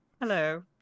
Hello